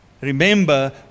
Remember